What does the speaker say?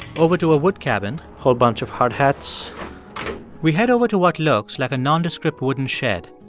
over to a wood cabin whole bunch of hardhats we head over to what looks like a nondescript wooden shed.